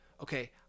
Okay